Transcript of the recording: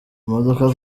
imodoka